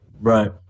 Right